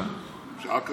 בשעה כזאת?